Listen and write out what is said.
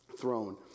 throne